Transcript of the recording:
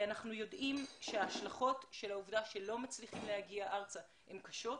אנחנו יודעים שההשלכות של העובדה שלא מצליחים להגיע ארצה הן קשות.